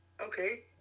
okay